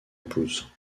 épouse